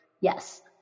yes